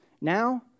now